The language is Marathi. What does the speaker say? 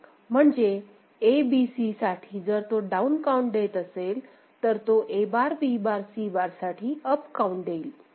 म्हणजे ABC साठी जर तो डाऊन काउंट देत असेल तर तो A बारB बारC बार साठी अप काउंट देईल